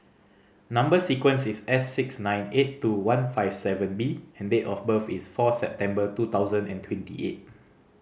number sequence is S six nine eight two one five seven B and date of birth is four September two thousand and twenty eight